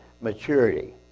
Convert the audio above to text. maturity